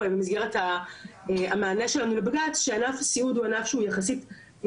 שענף הסיעוד הוא ענף שהוא יחסית חדש בנושא הפיקדון,